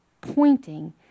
pointing